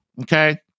okay